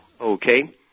Okay